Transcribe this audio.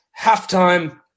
halftime